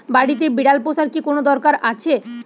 বাড়িতে বিড়াল পোষার কি কোন দরকার আছে?